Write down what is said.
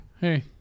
Hey